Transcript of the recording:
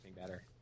better